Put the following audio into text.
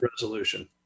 resolution